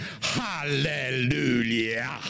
Hallelujah